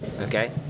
Okay